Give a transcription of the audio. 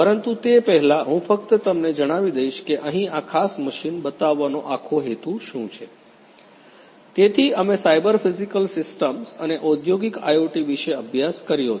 પરંતુ તે પહેલાં હું ફક્ત તમને જણાવી દઇશ કે અહીં આ ખાસ મશીન બતાવવાનો આખો હેતુ શું છે તેથી અમે સાયબર ફિઝિકલ સિસ્ટમ્સ અને ઔદ્યોગિક IoT વિશે અભ્યાસ કર્યો છે